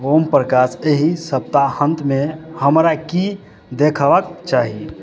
ओमप्रकाश एहि सप्ताहांतमे हमरा की देखबाक चाही